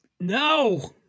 no